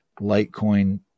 litecoin